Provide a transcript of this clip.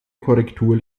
korrektur